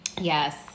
yes